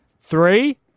Three